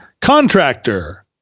contractor